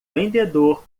vendedor